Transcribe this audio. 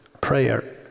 prayer